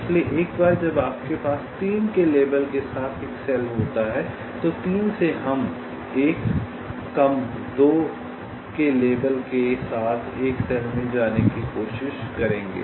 इसलिए एक बार जब आपके पास 3 के लेबल के साथ एक सेल होता है तो 3 से हम 1 कम 2 के लेबल के साथ एक सेल में जाने की कोशिश करेंगे